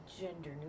Gender